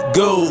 go